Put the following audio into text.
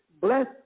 Bless